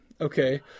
okay